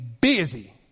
busy